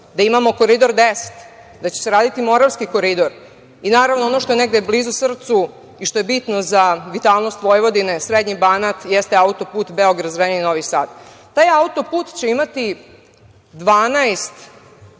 da imamo Koridor 10, da će se raditi Moravski koridor i, naravno, ono što je negde blizu srcu i što je bitno za vitalnost Vojvodine, srednji Banat, jeste auto-put Beograd-Zrenjanin-Novi Sad. Taj auto-put će imati 12